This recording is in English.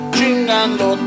Chingando